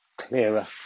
clearer